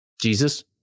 Jesus